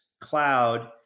cloud